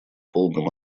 полном